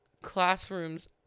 classrooms